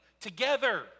Together